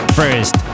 first